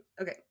okay